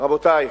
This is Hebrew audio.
רבותי,